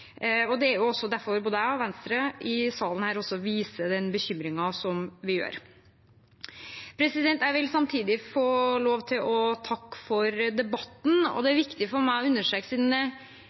Det er også derfor både Venstre og jeg i salen her viser den bekymringen som vi gjør. Jeg vil samtidig få lov til å takke for debatten. Det er viktig for meg å understreke, siden